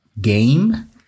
game